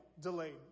delayed